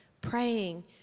praying